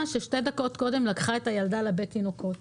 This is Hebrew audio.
ששתי דקות קודם לקחה את הילדה לבית תינוקות